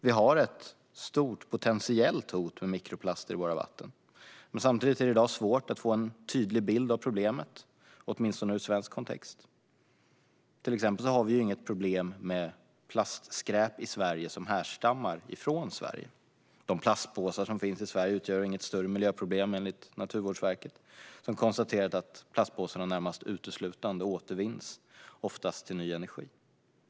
Vi har ett potentiellt stort hot i form av mikroplaster i våra vatten, men samtidigt är det i dag svårt att få en tydlig bild av problemet - åtminstone ur svensk kontext. Till exempel har vi i Sverige inget problem med plastskräp som härstammar från Sverige. De plastpåsar som finns i Sverige utgör inget större miljöproblem, enligt Naturvårdsverket. Man har konstaterat att plastpåsarna närmast uteslutande återvinns, oftast till ny energi.